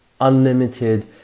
unlimited